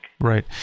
Right